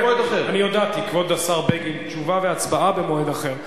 התשובה במועד אחר.